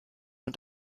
und